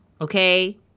okay